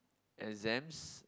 exams